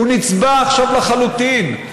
הוא נצבע עכשיו לחלוטין.